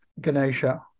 Ganesha